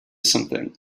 something